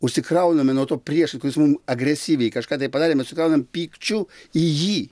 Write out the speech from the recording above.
užsikrauname nuo to priešais kuris mum agresyviai kažką tai padarė mes užsikraunam pykčiu į jį